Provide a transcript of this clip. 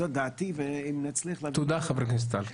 זו דעתי ואם נצליח --- תודה, חבר הכנסת טל.